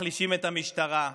מחלישים את המשטרה,